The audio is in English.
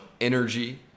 energy